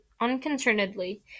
unconcernedly